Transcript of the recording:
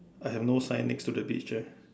I have no sign next to the beach eh